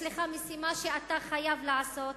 יש לך משימה שאתה חייב לעשות: